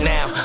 Now